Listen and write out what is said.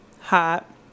hot